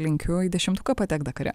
linkiu į dešimtuką patekt dakare